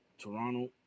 Toronto